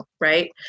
Right